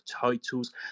titles